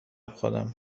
خودم